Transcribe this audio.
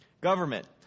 Government